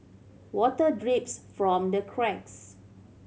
water drips from the cracks